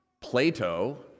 Plato